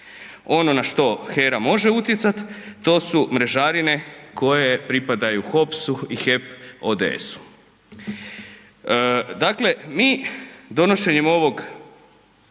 Ono na što HERA može utjecat, to su mrežarine koje pripadaju HOPS-u i HEP ODS-u. Dakle mi donošenjem ovog